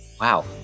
wow